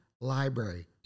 Library